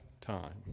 time